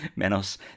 Menos